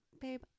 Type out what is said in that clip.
babe